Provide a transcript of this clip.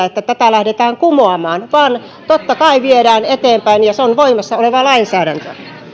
että tätä lähdetään kumoamaan vaan totta kai sitä viedään eteenpäin ja se on voimassa olevaa lainsäädäntöä